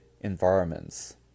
environments